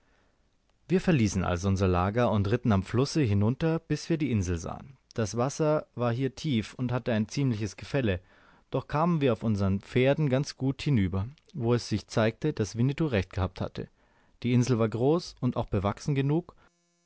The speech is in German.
wir verließen also unser lager und ritten am flusse hinunter bis wir die insel sahen das wasser war hier tief und hatte ein ziemliches gefälle doch kamen wir auf unsern pferden ganz gut hinüber wo es sich zeigte daß winnetou recht gehabt hatte die insel war groß und auch bewachsen genug